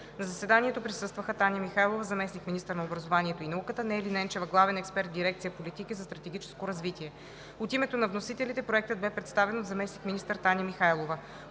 На заседанието присъстваха Таня Михайлова – заместник министър на образованието и науката, и Нели Ненчева – главен експерт в дирекция „Политики за стратегическо развитие“. От името на вносителите Проектът бе представен от заместник-министър Таня Михайлова.